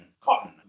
cotton